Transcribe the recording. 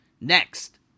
Next